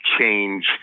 change